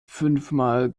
fünfmal